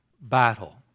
battle